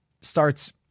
Starts